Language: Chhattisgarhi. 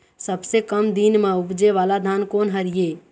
सबसे कम दिन म उपजे वाला धान कोन हर ये?